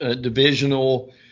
divisional